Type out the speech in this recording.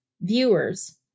viewers